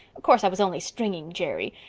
of course, i was only stringing jerry.